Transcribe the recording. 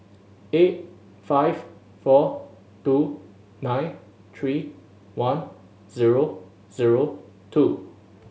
eight five four two nine three one zero zero two